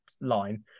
line